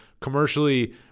commercially